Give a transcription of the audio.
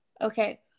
Okay